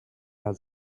add